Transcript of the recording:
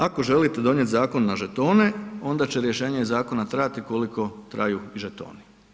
Ako želite donijeti zakon na žetone onda će rješenje zakona trajati koliko traju i žetoni.